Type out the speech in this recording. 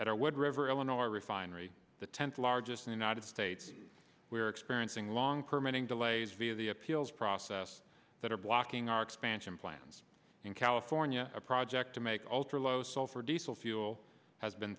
at our wood river illinois refinery the tenth largest in the united states we are experiencing long permitting delays via the appeals process that are blocking our expansion plans in california a project to make alter low sulfur diesel fuel has been